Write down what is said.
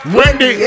Wendy